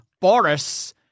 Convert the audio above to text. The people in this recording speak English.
Boris